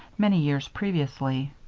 many years previously.